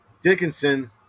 Dickinson